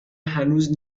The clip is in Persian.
هنوز